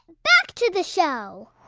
back to the show